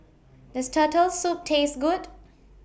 Does Turtle Soup Taste Good